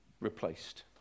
replaced